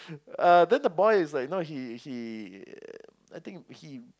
uh then the boy is like you know he he I think he